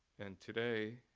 and today,